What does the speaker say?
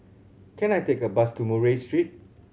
can I take a bus to Murray Street